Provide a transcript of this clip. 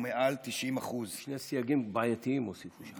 מעל 90%. שני סייגים בעייתיים הוסיפו שם.